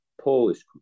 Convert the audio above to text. Polish